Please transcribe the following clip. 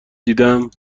دیدم